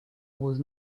was